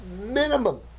minimum